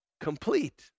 complete